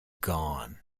gone